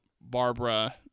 Barbara